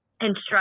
instruction